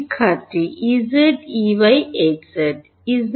শিক্ষার্থী Ex Ey Hz Ex Ey Hz